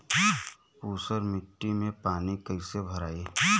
ऊसर मिट्टी में पानी कईसे भराई?